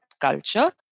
culture